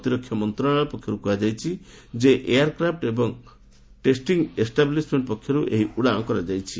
ପ୍ରତିରକ୍ଷା ମନ୍ତ୍ରଣାଳୟ ପକ୍ଷରୁ କୁହାଯାଇଛି ଯେ ଏୟାରକ୍ରାଫ୍ ଏବଂ ଟେଷ୍ଟିଂ ଏଷ୍ଟାବ୍ଲିସ୍ମେଣ୍ଟ୍ ପକ୍ଷରୁ ଏହି ଉଡ଼ାଣ କରାଯାଇଛି